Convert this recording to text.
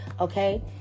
okay